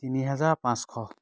তিনি হাজাৰ পাঁচশ